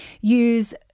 use